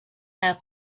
half